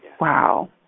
Wow